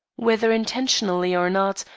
whether intentionally or not,